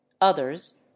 Others